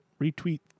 Retweet